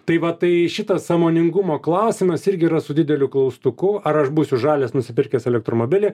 tai va tai šitas sąmoningumo klausimas irgi yra su dideliu klaustuku ar aš būsiu žalias nusipirkęs elektromobilį